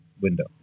window